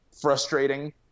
frustrating